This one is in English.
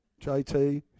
JT